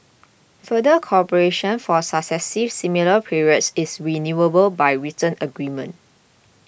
further cooperation for successive similar periods is renewable by written agreement